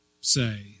say